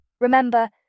Remember